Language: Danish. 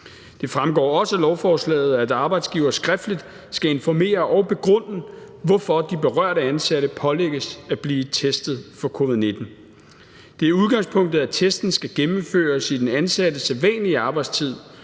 Det fremgår også af lovforslaget, at arbejdsgiver skriftligt skal informere og begrunde, hvorfor de berørte ansatte pålægges at blive testet for covid-19. Det er udgangspunktet, at testen skal gennemføres i den ansattes sædvanlige arbejdstid.